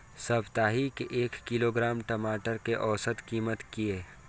साप्ताहिक एक किलोग्राम टमाटर कै औसत कीमत किए?